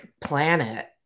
planet